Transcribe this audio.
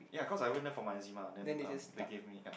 ya cause I went there for my eczema then um they gave me ya